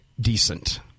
decent